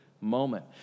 moment